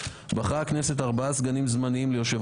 בחרה הכנסת ארבעה סגנים זמניים ליושב